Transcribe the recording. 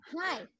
Hi